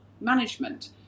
management